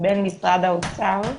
בין משרד האוצר,